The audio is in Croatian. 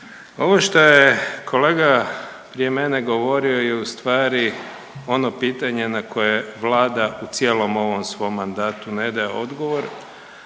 ovo što je kolega prije mene govorio je u stvari ono pitanje na koje vlada u cijelom ovom svom mandatu ne daje odgovor,